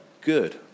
good